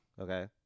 Okay